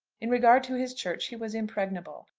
in regard to his church he was impregnable.